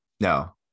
No